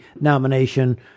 nomination